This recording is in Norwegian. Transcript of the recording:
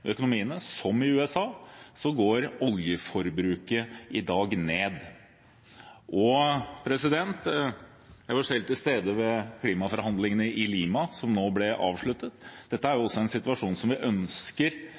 økonomiene, som i USA, går oljeforbruket i dag ned. Jeg var selv til stede ved klimaforhandlingene i Lima, som nå ble avsluttet. Dette er også en situasjon som vi ønsker